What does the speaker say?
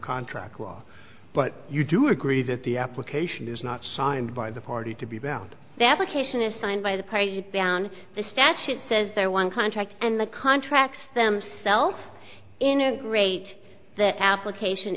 contract law but you do agree that the application is not signed by the party to be bound the application is signed by the party down the statute says they're one contract and the contracts themselves integrate the application